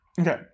okay